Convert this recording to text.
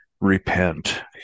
repent